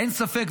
אין ספק,